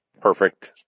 perfect